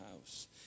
house